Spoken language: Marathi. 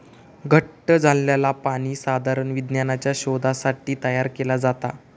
घट्ट झालंला पाणी साधारण विज्ञानाच्या शोधासाठी तयार केला जाता